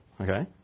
Okay